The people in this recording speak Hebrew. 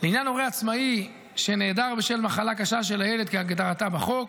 לעניין הורה עצמאי שנעדר בשל מחלה קשה של הילד כהגדרתה בחוק,